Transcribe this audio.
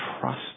trust